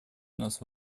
нас